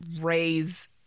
raise